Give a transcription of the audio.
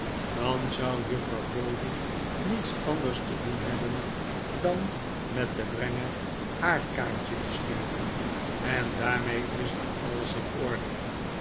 dan zou juffrouw browdie niets anders te doen hebben dan met den brenger haar kaartje te sturen en daarmee is dan alles in orde